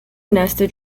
nested